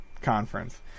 conference